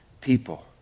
people